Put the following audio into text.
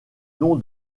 nom